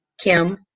Kim